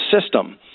system